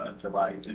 July